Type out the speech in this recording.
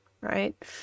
right